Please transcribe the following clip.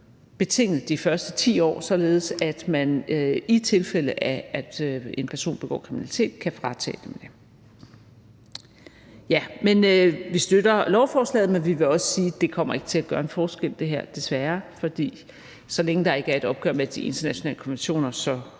betinget de første 10 år, således at man, i tilfælde af at en person begår kriminalitet, kan fratage vedkommende det. Vi støtter beslutningsforslaget, men vi vil også sige: Det her kommer ikke til at gøre en forskel, desværre. For så længe der ikke er et opgør med de internationale konventioner,